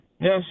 Yes